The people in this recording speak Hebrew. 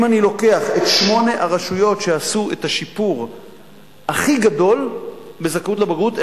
אם אני לוקח את שמונה הרשויות שעשו את השיפור הכי גדול בזכאות לבגרות,